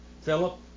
Philip